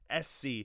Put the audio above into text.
sc